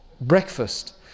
breakfast